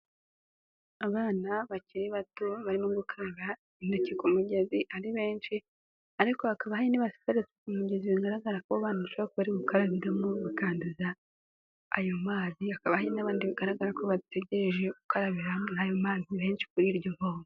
Abana bakiri bato barimo gukaraba intoki ku mugezi ari benshi ariko hakaba hari n'ibase iteretse ku mugezi bigaragara ko abana bashobora kuba bari gukarabiramo bakandaza ayo mazi, hakaba ari n'abandi bigaragara ko bategereje gukarabira muri ayo mazi menshi kuri iryo vomo.